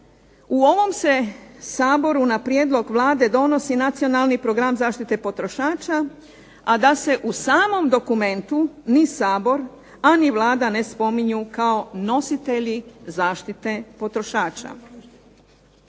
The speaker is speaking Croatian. U ovom se Saboru na prijedlog Vlade donosi Nacionalni program zaštite potrošača, a da se u samom dokumentu ni Sabor, a ni Vlada ne spominju kao nositelji zaštite potrošača.